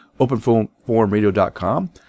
openforumradio.com